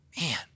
man